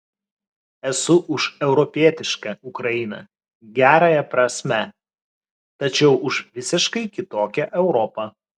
esu už europietišką ukrainą gerąja prasme tačiau už visiškai kitokią europą